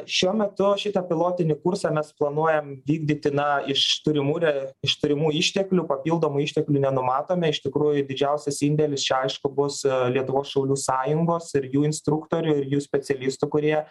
šiuo metu šitą pilotinį kursą mes planuojam vykdyti na iš turimų re iš turimų išteklių papildomų išteklių nenumatome iš tikrųjų didžiausias indėlis čia aišku bus lietuvos šaulių sąjungos ir jų instruktorių ir jų specialistų kurie